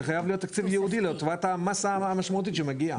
כן חייב להיות תקציב ייעודי לטובת המסה המשמעותית שמגיעה.